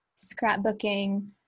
scrapbooking